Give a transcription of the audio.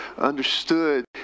understood